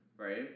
Right